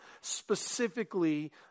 specifically